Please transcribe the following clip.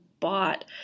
bought